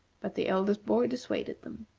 but the eldest boy dissuaded them.